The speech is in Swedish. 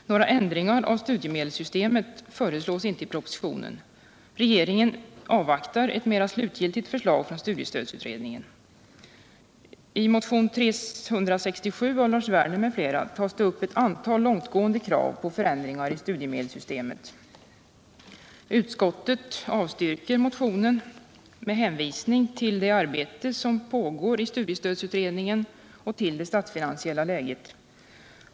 Några ändringar av studiemedelssystemet föreslås inte i propositionen. Regeringen föredrar att avvakta ett mera slutgiltigt förslag från studiestödsutredningen. I motionen 367 av Lars Werner m.fl. tas det upp ett antal långtgående krav på förändringar i studiemedelssystemet. Utskottet avstyrker motionen med hänvisning till det arbete som pågår i studiestödsutredningen och med hänvisning till det statsfinansiella läget.